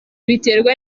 biterwa